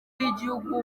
y’igihugu